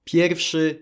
Pierwszy